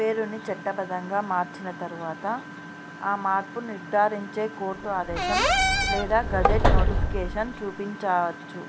పేరుని చట్టబద్ధంగా మార్చిన తరువాత ఆ మార్పు నిర్ధారించే కోర్టు ఆదేశం లేదా గజెట్ నోటిఫికేషన్ చూపించవచ్చు